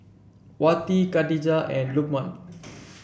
Wati Khadija and Lukman